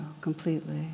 completely